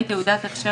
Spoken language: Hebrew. אנחנו בפרק כ' (ייעול מערך הכשרות),